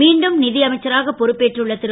மீண்டும் தலைவர் அமைச்சராக பொறுப்பேற்றுள்ள ரு